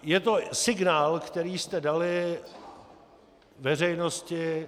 Je to signál, který jste dali veřejnosti.